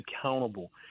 accountable